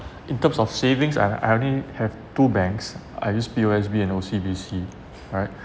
in terms of savings I I only have two banks I use P_O_S_B and O_C_B_C right